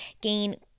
gain